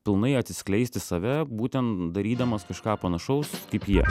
pilnai atsiskleisti save būten darydamas kažką panašaus kaip jie